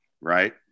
right